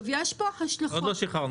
עוד לא שחררנו.